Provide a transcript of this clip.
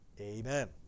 Amen